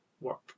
work